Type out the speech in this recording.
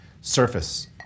Surface